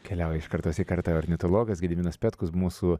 keliauja iš kartos į kartą ornitologas gediminas petkus mūsų